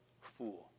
fool